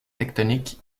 tectoniques